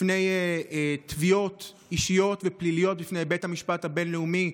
בפני תביעות אישיות ופליליות בפני בית המשפט הבין-לאומי,